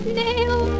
nail